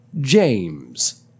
James